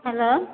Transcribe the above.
hello